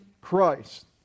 Christ